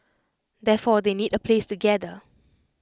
therefore they need A place to gather